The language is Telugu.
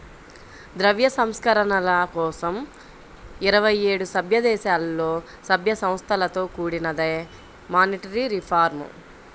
ద్రవ్య సంస్కరణల కోసం ఇరవై ఏడు సభ్యదేశాలలో, సభ్య సంస్థలతో కూడినదే మానిటరీ రిఫార్మ్